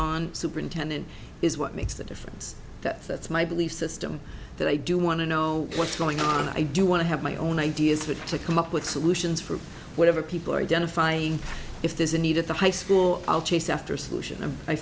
on superintendent is what makes the difference that that's my belief system that i do want to know what's going on and i do want to have my own ideas that to come up with solutions for whatever people are identifying if there's a need at the high school i'll chase after solution